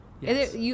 yes